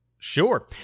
Sure